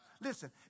Listen